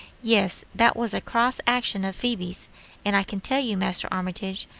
yes, that was a cross action of phoebe's and i can tell you, master armitage,